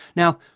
now,